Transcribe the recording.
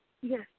Yes